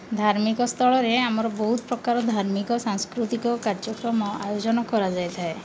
ଧାର୍ମିକ ସ୍ଥଳରେ ଆମର ବହୁତ ପ୍ରକାର ଧାର୍ମିକ ସାଂସ୍କୃତିକ କାର୍ଯ୍ୟକ୍ରମ ଆୟୋଜନ କରାଯାଇଥାଏ